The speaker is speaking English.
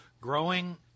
growing